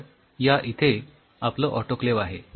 तर या इथे आपलं ऑटोक्लेव्ह आहे